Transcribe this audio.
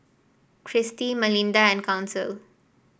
Kirstie Malinda and Council